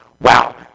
Wow